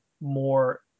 more